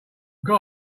got